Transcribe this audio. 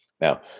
Now